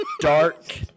Dark